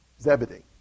Zebedee